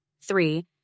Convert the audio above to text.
three